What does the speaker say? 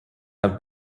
have